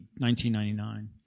1999